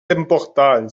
important